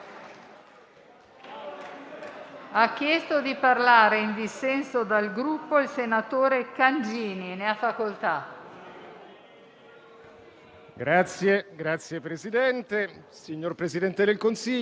Signor Presidente, signor Presidente del Consiglio, colleghi senatori, credo che tra le tante critiche possibili al Presidente del Consiglio dei ministri, l'avvocato Giuseppe Conte,